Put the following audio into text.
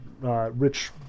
rich